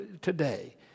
today